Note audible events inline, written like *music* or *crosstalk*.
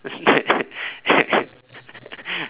*laughs*